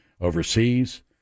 overseas